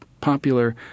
popular